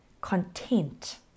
content